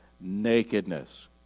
nakedness